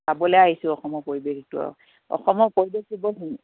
চাবলৈ আহিছোঁ অসমৰ পৰিৱেশটো অসমৰ পৰিৱেশটো বৰ ধুনীয়া